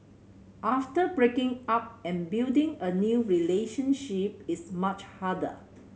after breaking up and building a new relationship is much harder